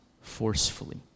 forcefully